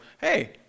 hey